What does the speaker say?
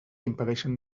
impedeixen